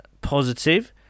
positive